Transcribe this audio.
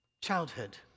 childhood